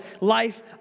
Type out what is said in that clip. life